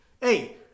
hey